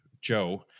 Joe